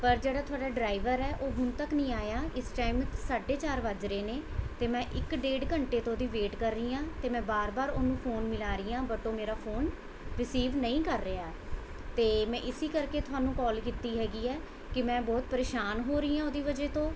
ਪਰ ਜਿਹੜਾ ਤੁਹਾਡਾ ਡਰਾਈਵਰ ਹੈ ਉਹ ਹੁਣ ਤੱਕ ਨਹੀਂ ਆਇਆ ਇਸ ਟਾਈਮ ਸਾਢੇ ਚਾਰ ਵੱਜ ਰਹੇ ਨੇ ਅਤੇ ਮੈਂ ਇੱਕ ਡੇਢ ਘੰਟੇ ਤੋਂ ਉਹਦੀ ਵੇਟ ਕਰ ਰਹੀ ਹਾਂ ਅਤੇ ਮੈਂ ਬਾਰ ਬਾਰ ਉਹਨੂੰ ਫੋਨ ਮਿਲਾ ਰਹੀ ਹਾਂ ਬਟ ਉਹ ਮੇਰਾ ਫੋਨ ਰਿਸੀਵ ਨਹੀਂ ਕਰ ਰਿਹਾ ਅਤੇ ਮੈਂ ਇਸ ਕਰਕੇ ਤੁਹਾਨੂੰ ਕੋਲ ਕੀਤੀ ਹੈਗੀ ਹੈ ਕਿ ਮੈਂ ਬਹੁਤ ਪਰੇਸ਼ਾਨ ਹੋ ਰਹੀ ਹਾਂ ਉਹਦੀ ਵਜ੍ਹਾ ਤੋਂ